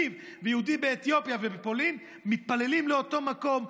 אני ויהודי באתיופיה ובפולין מתפללים לאותו מקום,